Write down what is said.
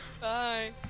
Bye